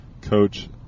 coach